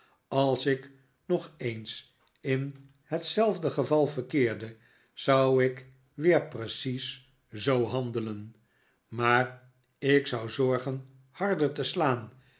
als ik nog eens in hetzelfde geval verkeerde zou ik weer precies zoo handelen maar ik zou zorgen harder te slaan